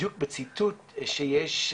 בדיוק בציטוט שיש,